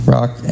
Rock